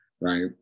right